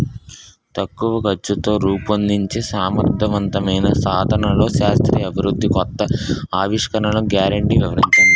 తక్కువ ఖర్చుతో రూపొందించే సమర్థవంతమైన సాధనాల్లో శాస్త్రీయ అభివృద్ధి కొత్త ఆవిష్కరణలు గ్యారంటీ వివరించండి?